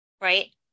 right